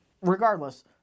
Regardless